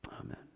Amen